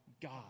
God